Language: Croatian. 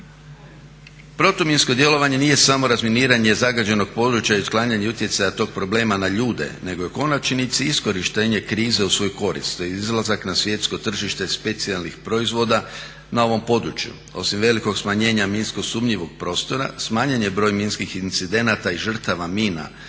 Protuminsko djelovanje nije samo razminiranje zagađenog područja i otklanjanja utjecaja tog problema na ljude nego je u konačnici iskorištenje krize u svoju korist i izlazak na svjetsko tržište specijalnih proizvoda na ovom području. Osim velikog smanjenje minsko sumnjivog prostora smanjen je broj minskih incidenata i žrtava mina,